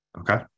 okay